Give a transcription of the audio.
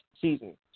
season